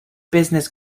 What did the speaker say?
business